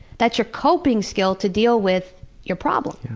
that's your coping skill to deal with your problem.